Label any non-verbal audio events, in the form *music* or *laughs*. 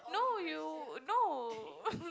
no you no *laughs*